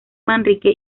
manrique